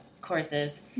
courses